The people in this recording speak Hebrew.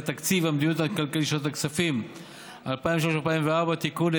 התקציב והמדיניות הכלכלית לשנות הכספים 2003 ו-2004) (תיקון,